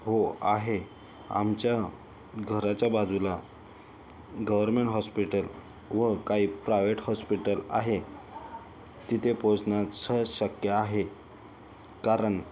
हो आहे आमच्या घराच्या बाजूला गवरमेण हॉस्पिटल व काही प्रायवेट हॉस्पिटल आहे तिथे पोचण्यास सहज शक्य आहे कारण